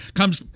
comes